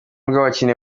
rw’abakinnyi